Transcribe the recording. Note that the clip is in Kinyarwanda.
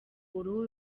uruhu